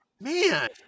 man